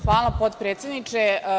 Hvala potpredsedniče.